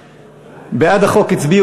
אדוני, לא היה, אתם רוצים הצבעה